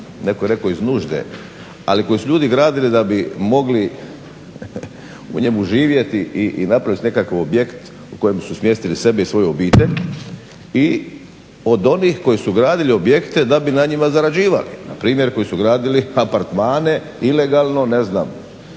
netko je rekao iz nužde, ali koje su ljudi gradili da bi mogli u njemu živjeti i napraviti si nekakav objekt u kojem su smjestili sebe i svoju obitelj i od onih koji su gradili objekte da bi na njima zarađivali. Na primjer koji su gradili apartmane ilegalno ne znam